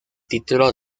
título